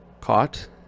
caught